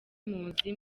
muzi